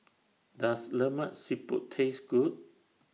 Does Lemak Siput Taste Good